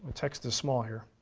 text is small here.